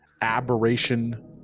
aberration